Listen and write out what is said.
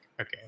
okay